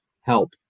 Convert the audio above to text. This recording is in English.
help